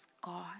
God